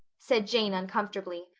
said jane uncomfortably.